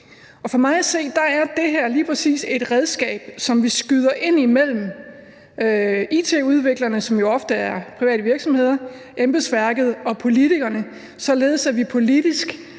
For mig at se er det her lige præcis et redskab, som vi skyder ind imellem it-udviklerne, som jo ofte er private virksomheder, embedsværket og politikerne, således at vi politisk